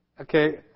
Okay